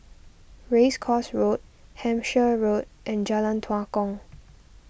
Race Course Road Hampshire Road and Jalan Tua Kong